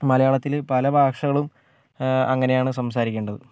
മലയാളത്തില് പല ഭാഷകളും അങ്ങനെയാണ് സംസാരിക്കേണ്ടത്